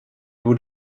would